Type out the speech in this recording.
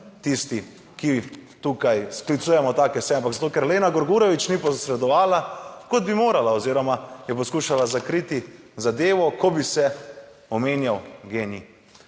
tisti, ki tukaj sklicujemo take seje, ampak zato, ker Lena Grgurevič ni posredovala kot bi morala oziroma je poskušala zakriti zadevo, ko bi se omenjal GEN-I.